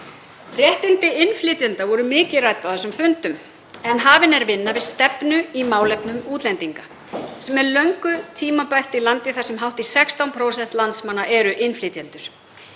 Réttindi innflytjenda voru mikið rædd á þessum fundum en hafin er vinna við stefnu í málefnum útlendinga, sem er löngu tímabært í landi þar sem hátt í 16% landsmanna eru innflytjendur.